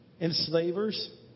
Enslavers